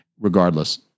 Regardless